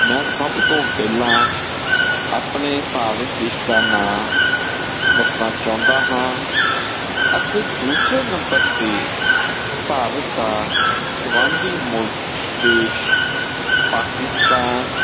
ਮੈਂ ਸਭ ਤੋਂ ਪਹਿਲਾਂ ਆਪਣੇ ਭਾਰਤ ਦੇਸ਼ ਦਾ ਨਾਂ ਦੱਸਣਾ ਚਾਹੁੰਦਾ ਹਾਂ ਅਤੇ ਦੂਸਰੇ ਨੰਬਰ 'ਤੇ ਭਾਰਤ ਦਾ ਗਵਾਂਢੀ ਮੁਲਕ ਦੇਸ਼ ਪਾਕਿਸਤਾਨ